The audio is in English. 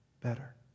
better